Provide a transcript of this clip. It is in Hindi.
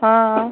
हाँ हाँ